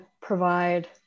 provide